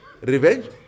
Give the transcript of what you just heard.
revenge